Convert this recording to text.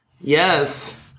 Yes